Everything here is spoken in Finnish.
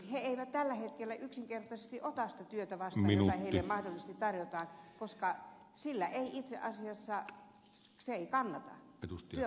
he eivät tällä hetkellä yksinkertaisesti ota sitä työtä vastaan jota heille mahdollisesti tarjotaan koska se ei itse asiassa kannata